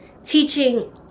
Teaching